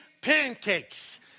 pancakes